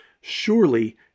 Surely